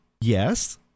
Yes